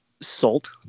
salt